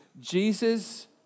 Jesus